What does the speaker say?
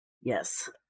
Yes